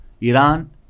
Iran